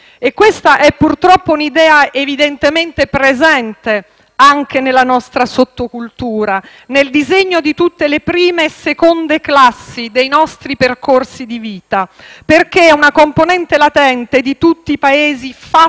Questa è purtroppo un'idea evidentemente presente anche nella nostra sottocultura, nel disegno di tutte le prime e seconde classi dei nostri percorsi di vita, perché è una componente latente di tutti i Paesi fatti